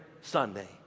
Sunday